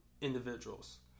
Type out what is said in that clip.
individuals